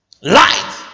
Light